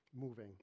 moving